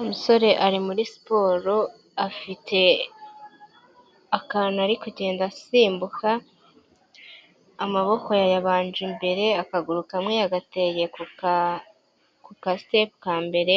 Umusore ari muri siporo afite akantu ari kugenda asimbuka amaboko yayabanje imbere, akaguru kamwe yagateye kugasitepu ka mbere